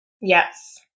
Yes